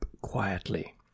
quietly